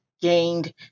gained